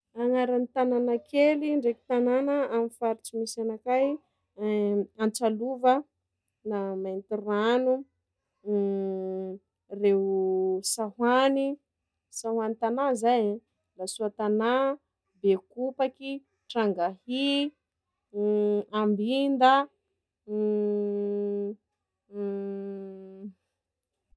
Agnaragny tanàna kely ndreky tanàna amin'ny faritsy misy anakay: Antsalova, Mai- Maintirano, reo- Sahoany Sahoany tagna zay, la Soatanà, Bekopaky, Trangahy, Ambinda.